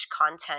content